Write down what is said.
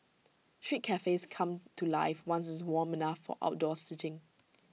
street cafes come to life once IT is warm enough for outdoor seating